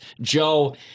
Joe